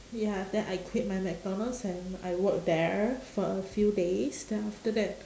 ya then I quit my mcdonald's and I work there for a few days then after that